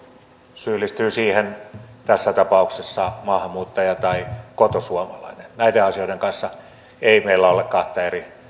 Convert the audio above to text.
syyllistyy siihen tässä tapauksessa maahanmuuttaja tai kotosuomalainen näiden asioiden kanssa ei meillä ole kahta eri